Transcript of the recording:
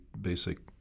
basic